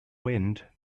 wind